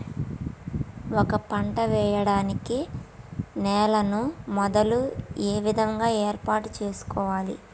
ఒక పంట వెయ్యడానికి నేలను మొదలు ఏ విధంగా ఏర్పాటు చేసుకోవాలి?